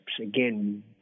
Again